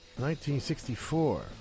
1964